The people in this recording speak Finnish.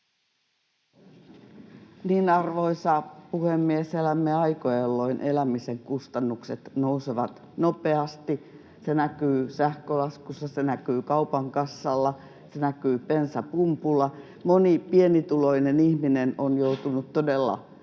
Arvoisa puhemies! Elämme aikoja, jolloin elämisen kustannukset nousevat nopeasti. Se näkyy sähkölaskussa, se näkyy kaupankassalla, se näkyy bensapumpulla. Moni pienituloinen ihminen on joutunut todella vaikeaan